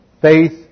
faith